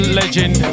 legend